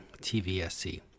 TVSC